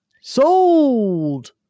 sold